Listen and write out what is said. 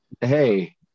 hey